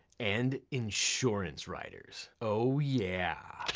and insurance riders. oh yeah.